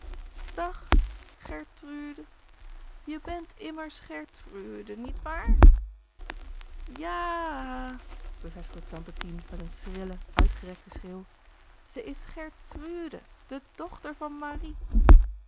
dag gertrude je bent immers gertrude niet waar ja a a bevestigde tante tien met een schrillen uitgerekten schreeuw ze is gertrùde de dochter van marie